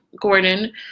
Gordon